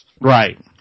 Right